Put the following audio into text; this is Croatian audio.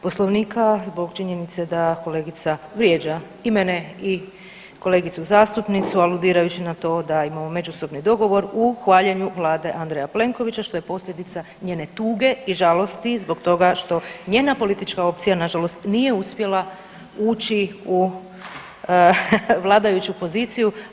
Poslovnika zbog činjenice da kolegica vrijeđa i mene i kolegicu zastupnicu aludirajući na to da imamo međusobni dogovor u hvaljenju Vlade Andreja Plenkovića što je posljedica njene tuge i žalosti zbog toga što njena politička opcija na žalost nije uspjela ući u vladajuću poziciju.